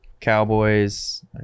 Cowboys